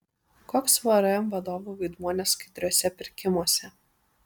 koks vrm vadovų vaidmuo neskaidriuose pirkimuose